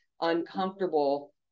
uncomfortable